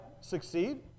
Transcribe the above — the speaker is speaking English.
succeed